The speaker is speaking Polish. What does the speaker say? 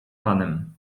panem